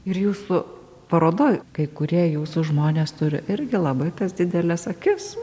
ir jūsų parodoj kai kurie jūsų žmonės turi irgi labai tas dideles akis